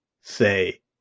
say